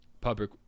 public